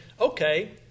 okay